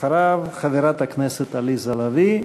אחריו, חברת הכנסת עליזה לביא.